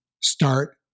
Start